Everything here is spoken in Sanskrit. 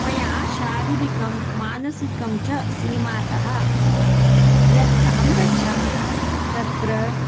मया शारीरिकं मानसिकं च सीमातः यत् अहं गच्छामि तत्र